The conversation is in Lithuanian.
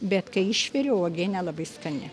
bet kai išviriau uogienę labai skani